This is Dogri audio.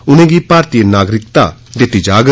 उनेंगी भारती नागरिकता दित्ती जाग